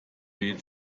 wählt